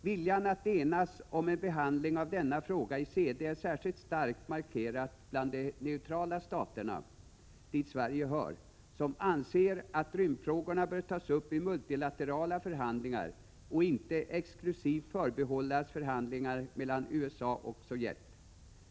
Viljan att enas om en behandling av denna fråga i CD är särskilt starkt markerad bland de neutrala staterna, dit Sverige hör, som anser att rymdfrågorna bör tas upp i multilaterala förhandlingar och inte exklusivt förbehållas förhandlingar mellan USA och Sovjet.